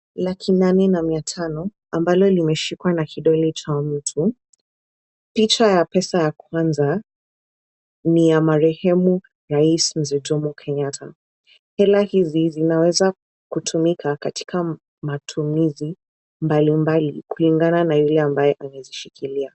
Laki nane ni mia tano, ambalo limeshikwa na kidole cha butu. Picha ya pesa ya kwanza, ni ya marehemu raisi mzee Jomo Kenyatta. Hela hizi zinaweza kutumika katika matumizi mbalimbali kulingana ile ambayo umezishikilia.